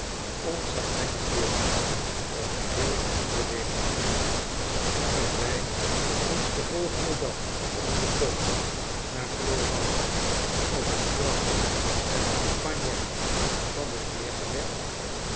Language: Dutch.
ontzagwekkend beeld dat geheel onbeweeglijk was toen wij ons den volgenden dag op onzen tocht naar florence op het gras der campagna hadden neergelegd